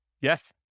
Yes